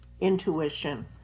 intuition